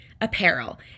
apparel